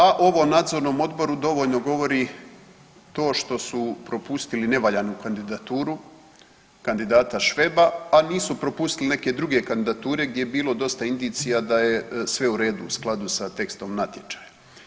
A o ovom nadzornom odboru dovoljno govori to što su propustili nevaljanu kandidaturu kandidata Šveba, a nisu propustili neke druge kandidature gdje je bilo dosta indicija da je sve u redu u skladu sa tekstom natječaja.